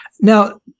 Now